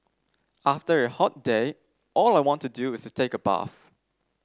after a hot day all I want to do is take a bath